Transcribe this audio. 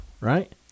right